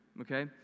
okay